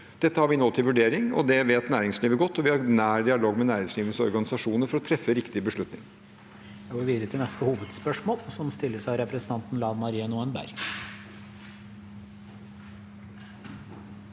Dette har vi nå til vurdering, og det vet næringslivet godt. Vi har nær dialog med næringslivets organisasjoner for å treffe riktige beslutninger.